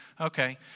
Okay